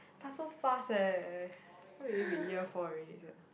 but so fast eh can't believe we year four already sia